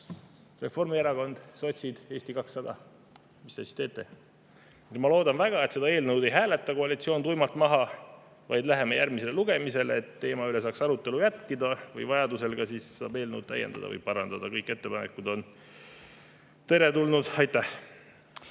Reformierakond, sotsid ja Eesti 200, mis te siis teete? Ma loodan väga, et seda eelnõu ei hääleta koalitsioon tuimalt maha, vaid see saadetakse järgmisele lugemisele, et arutelu teema üle saaks jätkuda. Vajaduse korral saab eelnõu täiendada või parandada. Kõik ettepanekud on teretulnud. Aitäh!